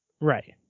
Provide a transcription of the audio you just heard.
Right